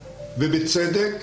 ובצדק,